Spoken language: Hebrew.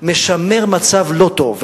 משמר מצב לא טוב.